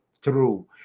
true